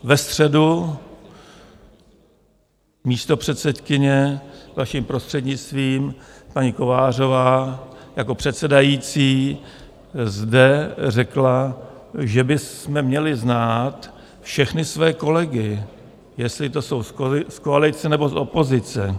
Ve středu místopředsedkyně, vaším prostřednictvím, paní Kovářová jako předsedající zde řekla, že bychom měli znát všechny své kolegy, jestli to jsou z koalice nebo z opozice.